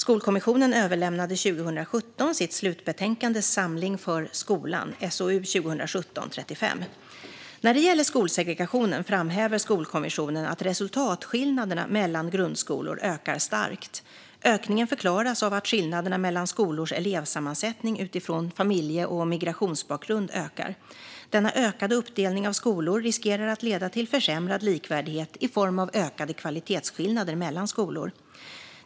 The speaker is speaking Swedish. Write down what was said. Skolkommissionen överlämnade 2017 sitt slutbetänkande Samling för skolan , SOU 2017:35. När det gäller skolsegregationen framhäver Skolkommissionen att resultatskillnaderna mellan grundskolor ökar starkt. Ökningen förklaras av att skillnaderna mellan skolors elevsammansättning utifrån familje och migrationsbakgrund ökar. Denna ökade uppdelning av skolor riskerar att leda till försämrad likvärdighet i form av ökade kvalitetsskillnader mellan skolor.